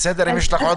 יש לך עוד מה להשלים?